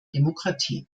demokratie